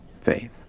faith